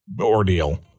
ordeal